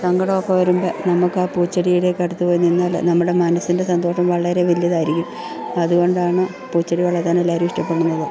സങ്കടമൊക്കെ വരുമ്പോൾ നമുക്ക് ആ പൂച്ചെടിയുടെ ഒക്കെ അടുത്തു പോയി നിന്നാൽ നമ്മുടെ മനസ്സിൻ്റെ സന്തോഷം വളരെ വലുതായിരിക്കും അതുകൊണ്ടാണ് പൂച്ചെടി വളരാനെല്ലാവരും ഇഷ്ടപ്പെടുന്നത്